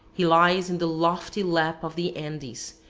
he lies in the lofty lap of the andes,